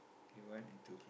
okay one and two